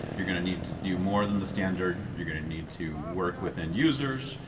you're gonna need to do more than the standard. you're gonna need to work with end users.